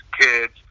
kids